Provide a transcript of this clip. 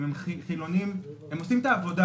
אם הם חילוניים - הם עושים את העבודה,